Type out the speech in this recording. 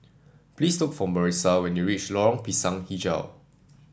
please look for Marisa when you reach Lorong Pisang hijau